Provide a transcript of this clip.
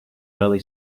early